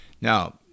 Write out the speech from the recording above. Now